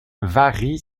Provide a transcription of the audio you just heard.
varient